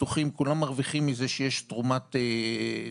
הביטוחים כולם מרוויחים מזה שיש תרומת איברים.